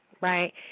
Right